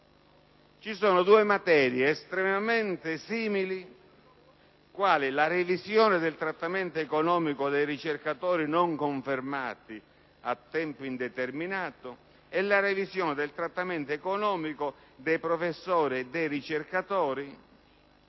Ci sono due materie estremamente simili che sono la revisione del trattamento economico dei ricercatori non confermati a tempo indeterminato e la revisione del trattamento economico dei professori e dei ricercatori